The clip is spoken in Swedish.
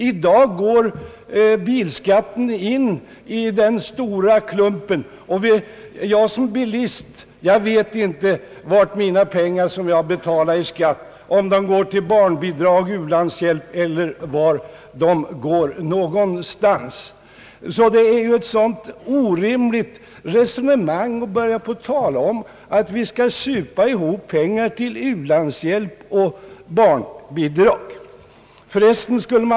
I dag går bilskatten in i den stora klumpsumman, och jag som bilist vet inte om de pengar jag betalar i bilskatt går till barnbidrag, u-landshjälp eller någonting annat. Det är ju orimligt att tala om att »supa ihop» pengar till u-landshjälp och barnbidrag.